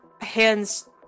hands